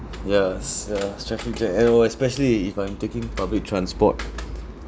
yes yes traffic jam and or especially if I'm taking public transport